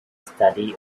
study